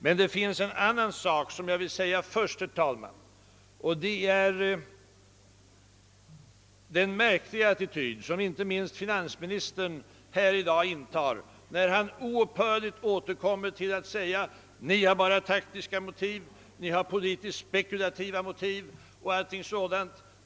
Men först vill jag beröra en annan sak, nämligen den märkliga attityd som inte minst finansministern i dag intar när han oupphörligt återkommer med påståendena: Ni har endast taktiska motiv, politiskt spekulativa motiv.